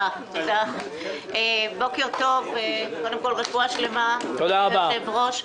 בוקר טוב, רפואה שלמה אדוני היושב-ראש.